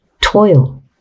toil